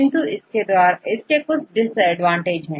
किंतु इसके साथ कुछ डिसएडवांटेज है